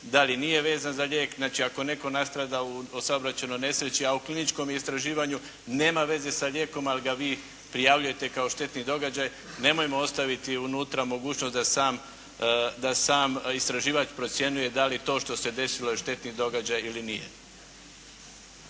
da li nije vezan za lijek. Znači, ako netko nastrada u saobraćajnoj nesreći, a u kliničkom istraživanju nema veze sa lijekom, ali ga vi prijavljujete kao štetni događaj, nemojmo ostaviti unutra mogućnost da sam istraživač procjenjuje da li to što se desilo je štetni događaj ili nije.